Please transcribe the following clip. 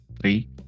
three